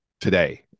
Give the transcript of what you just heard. today